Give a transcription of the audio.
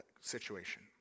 situation